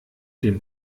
dem